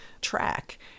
track